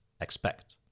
expect